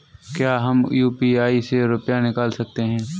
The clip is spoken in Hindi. क्या हम यू.पी.आई से रुपये निकाल सकते हैं?